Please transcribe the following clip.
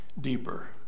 deeper